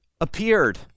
appeared